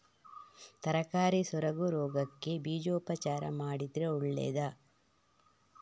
ತರಕಾರಿ ಸೊರಗು ರೋಗಕ್ಕೆ ಬೀಜೋಪಚಾರ ಮಾಡಿದ್ರೆ ಒಳ್ಳೆದಾ?